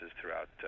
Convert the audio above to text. throughout